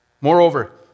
Moreover